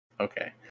Okay